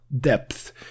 depth